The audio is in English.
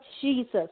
Jesus